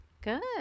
Good